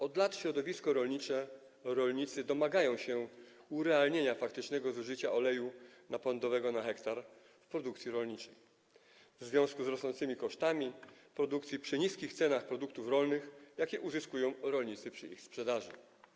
Od lat środowisko rolnicze, rolnicy domagają się urealnienia faktycznego zużycia oleju napędowego na hektar w produkcji rolniczej w związku z rosnącymi kosztami produkcji, przy niskich cenach produktów rolnych, jakie rolnicy uzyskują przy ich sprzedaży.